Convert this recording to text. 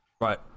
Right